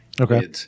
Okay